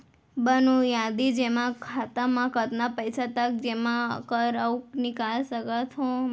बुनियादी जेमा खाता म कतना पइसा तक जेमा कर अऊ निकाल सकत हो मैं?